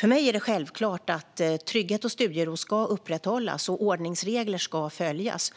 För mig är det självklart att trygghet och studiero ska upprätthållas och att ordningsregler ska följas.